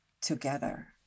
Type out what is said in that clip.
together